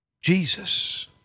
Jesus